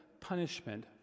punishment